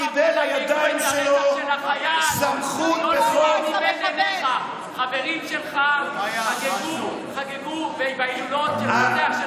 בוא'נה, חברים שלך חגגו את הרצח של החייל.